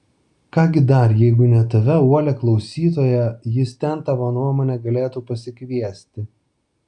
ką gi dar jeigu ne tave uolią klausytoją jis ten tavo nuomone galėtų pasikviesti